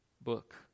book